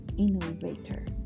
innovator